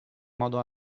modo